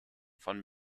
von